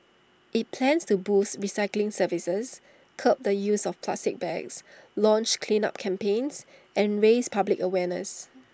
IT plans to boost recycling services curb the use of plastic bags launch cleanup campaigns and raise public awareness